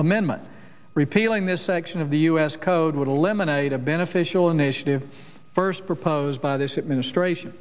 amendment repealing this section of the us code would eliminate a beneficial initiative first proposed by this administration